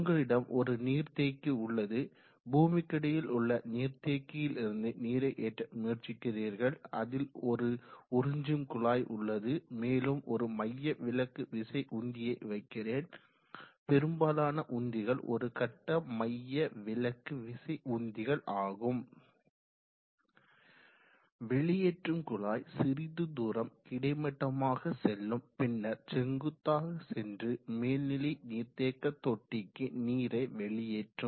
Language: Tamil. உங்களிடம் ஒரு நீர் தேக்கி உள்ளது பூமிக்கடியில் உள்ள நீர்தேக்கியிலிருந்து நீரை ஏற்ற முயற்சிக்கிறீர்கள் அதில் ஒரு உறிஞ்சும் குழாய் உள்ளது மேலும் ஒரு மையவிலக்கு விசை உந்தியை வைக்கிறேன் பெரும்பாலான உந்திகள் ஒரு கட்ட மையவிலக்கு விசை உந்திகள் ஆகும் வெளியேற்றும் குழாய் சிறிது தூரம் கிடைமட்டமாக செல்லும் பின்னர் செங்குத்தாக சென்று மேல்நிலை நீர்தேக்க தொட்டிக்கு நீரை வெளியேற்றும்